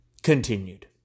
Continued